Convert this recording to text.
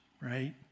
right